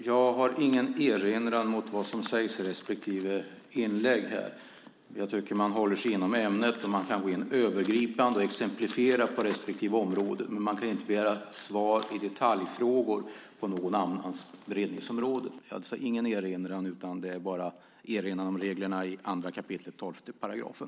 Jag har ingen erinran mot vad som sägs i inläggen, men jag tycker att man ska hålla sig inom ämnet. Man kan gå in och övergripande exemplifiera på respektive område, men man kan inte begära svar i detaljfrågor på någon annans beredningsområde. Det är alltså ingen erinran, bara en erinran om reglerna i 2 kap. 12 §.